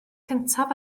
cyntaf